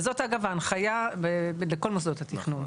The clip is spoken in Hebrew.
וזאת, אגב, ההנחיה בכל מוסדות התכנון.